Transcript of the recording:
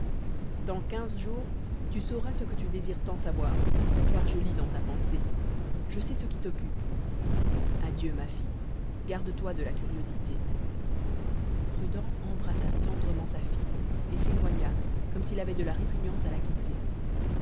dans quinze jours tu sauras ce que tu désires tant savoir car je lis dans ta pensée je sais ce qui t'occupe adieu ma fille garde-toi de la curiosité prudent embrassa tendrement sa fille et s'éloigna comme s'il avait de la répugnance à la quitter